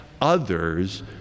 others